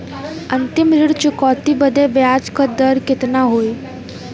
अंतिम ऋण चुकौती बदे ब्याज दर कितना होई?